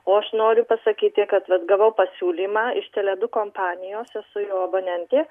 o aš noriu pasakyti kad vat gavau pasiūlymą iš tele du kompanijos esu jo abonentė